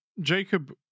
Jacob